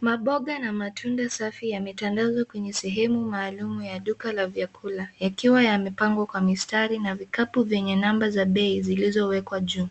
Mamboga na matunda safi yametandazwa kwenye sehemu maalum ya duka la vyakula yakiwa yamepangwa kwa mistari na vikapu vyenye namba za bei zilizwekwa juu